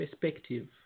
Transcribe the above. perspective